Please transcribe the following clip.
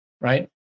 right